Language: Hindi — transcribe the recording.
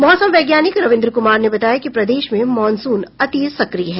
मौसम वैज्ञानिक रविन्द्र कुमार ने बताया कि प्रदेश में मानसून अति सक्रिय है